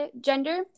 gender